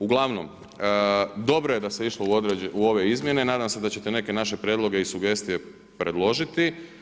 Uglavnom, dobro je da se išlo u ove izmjene, nadam se da ćete neke prijedloge i sugestije predložiti.